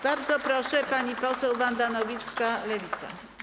Bardzo proszę, pani poseł Wanda Nowicka, Lewica.